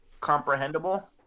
comprehensible